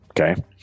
Okay